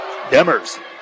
Demers